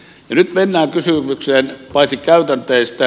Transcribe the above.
ja nyt mennään kysymykseen käytänteistä